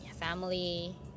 family